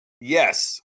Yes